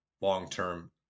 long-term